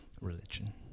religion